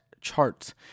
charts